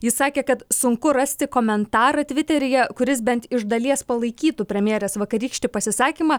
jis sakė kad sunku rasti komentarą tviteryje kuris bent iš dalies palaikytų premjerės vakarykštį pasisakymą